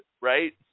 right